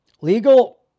legal